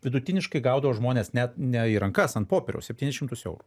vidutiniškai gaudavo žmonės net ne į rankas ant popieriaus septynis šimtus eurų